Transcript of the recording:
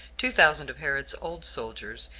two thousand of herod's old soldiers,